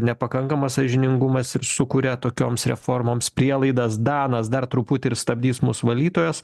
nepakankamas sąžiningumas ir sukuria tokioms reformoms prielaidas danas dar truputį ir stabdys mus valytojos